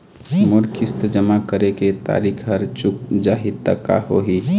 मोर किस्त जमा करे के तारीक हर चूक जाही ता का होही?